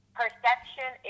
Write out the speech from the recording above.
perception